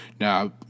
Now